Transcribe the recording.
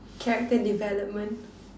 character development